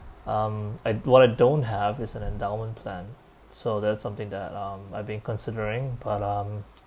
um I what I don't have is an endowment plan so that's something that um I've been considering but um